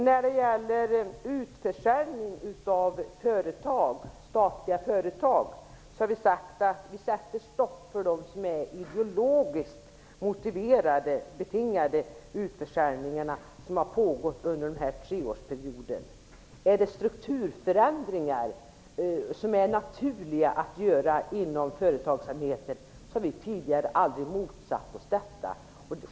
När det gäller utförsäljning av statliga företag har vi sagt att vi skall sätta stopp för de ideologiskt betingade utförsäljningar som pågått under den gångna treårsperioden. Naturliga strukturförändringar inom företagsamheten har vi aldrig motsatt oss.